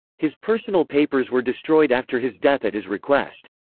his personal papers were destroyed after his death at his request.